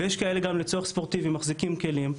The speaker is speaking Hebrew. ויש כאלה שגם לצורך ספורטיבי הם מחזיקים כלים,